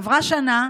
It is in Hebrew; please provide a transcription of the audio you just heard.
עברה שנה,